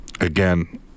again